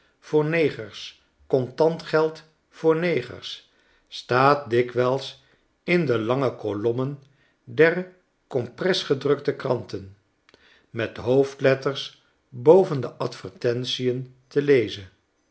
voor negers contant geld voor negers staat dikwijls in de lange kolommen der compres gedrukte kranten met hoofdletters boven de advertentien te lezen